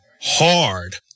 hard